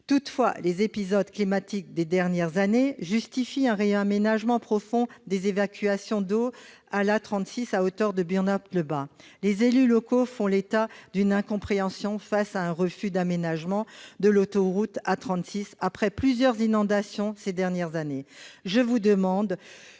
Pourtant, les épisodes climatiques des dernières années justifient un réaménagement profond des évacuations d'eau de l'A36 à hauteur de Burnhaupt-le-Bas. Les élus locaux font état de leur incompréhension devant un refus d'aménagement de l'autoroute A36 malgré la survenue de plusieurs inondations ces dernières années. Madame